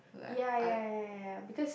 ya ya ya ya ya because